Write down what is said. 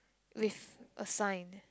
with a sign